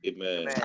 Amen